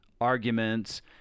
arguments